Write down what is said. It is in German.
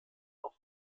auf